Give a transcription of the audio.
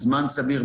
זמן סביר,